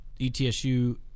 ETSU